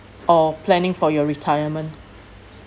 or planning for your retirement